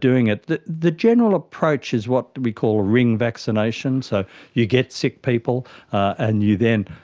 doing it. the the general approach is what we call ring vaccination, so you get sick people and you then,